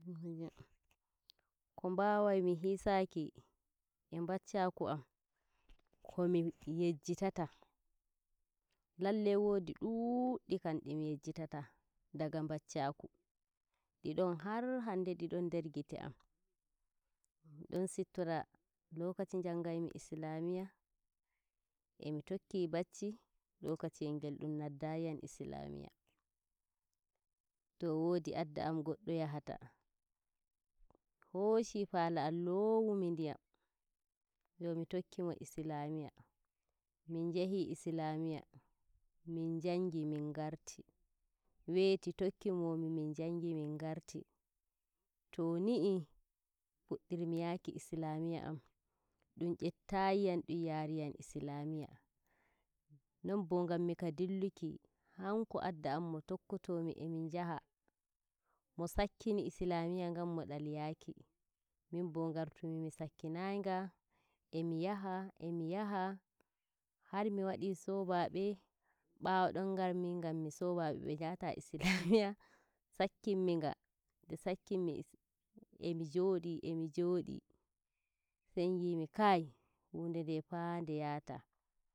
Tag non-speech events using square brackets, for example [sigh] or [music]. [unintelligible] ko nbawai mi in saki e ɓaccaku am ko mi yejjitata ballai wodi duddi kam dimi yejjitata daga baccaku didon har hanɗe diɗon nder gite am miɗon sittora lokaci njangaimi islamiyya e tokki bacci lokacin yel ngel dun noddai yam islamiyya to woodi adda am goddo yahaya, Hoshi paala am lowami ndiyam yo mi tokkimo islamiyya. Min njahi islamiyya mun njayi min garti weti tokki moni min njangi min ngarti to niii puddirmi yaaki islamiyya am ɗum jettiyam ɗun yaari am islamiyya non bo ngammika dilluki hanko adda am mo tokkotomi emi njaha mo sakkini islmaiyya ngan mo dali yaki min bo ngartumi mi sakkinai nga emi yaha e mi yaha har mi wadi sobaɓe bawo dai ngammi ngammi sobaɓe be nyata islamiyya [laughs] sakkin mi nga, nde, sakkin mi nga emi jodi, emi jodi sai ngimi kai hunde nde taa nde yaata.